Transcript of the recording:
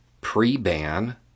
pre-ban